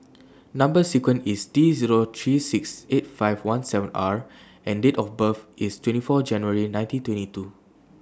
Number sequence IS T Zero three six eight five one seven R and Date of birth IS twenty four January nineteen twenty two